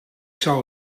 zou